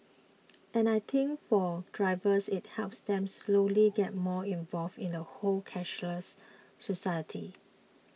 and I think for drivers it helps them slowly get more involved in the whole cashless society